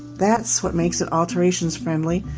that's what makes it alterations friendly,